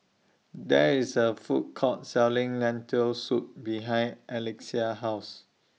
There IS A Food Court Selling Lentil Soup behind Alexia's House